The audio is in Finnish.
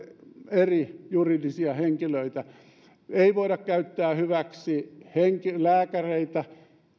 eri juridisia henkilöitä ei voida käyttää hyväksi lääkäreitä